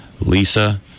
Lisa